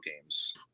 games